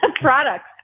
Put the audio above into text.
products